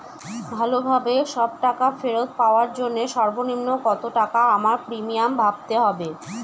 ভালোভাবে সব টাকা ফেরত পাওয়ার জন্য সর্বনিম্ন কতটাকা আমায় প্রিমিয়াম ভরতে হবে?